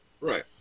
Right